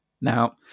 Now